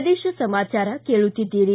ಪ್ರದೇಶ ಸಮಾಚಾರ ಕೇಳುತ್ತೀದ್ದೀರಿ